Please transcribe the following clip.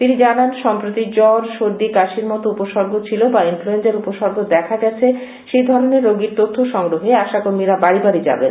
তিনি জানান সম্প্রতি জ্বর সর্দি কাশির মতো উপসর্গ ছিল বা ইনফ্লুয়েঞ্জার উপসর্গ দেখা গেছে সেই ধরনের রোগীর তথ্য সংগ্রহে আশাকর্মীরা বাড়ি বাড়ি যাবেন